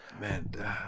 Man